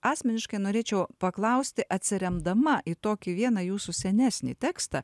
asmeniškai norėčiau paklausti atsiremdama į tokį vieną jūsų senesnį tekstą